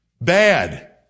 bad